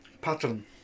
pattern